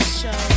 show